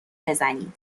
بزنید